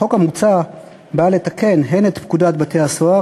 החוק המוצע בא לתקן הן את פקודת בתי-הסוהר